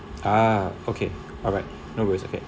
ah okay alright no worries okay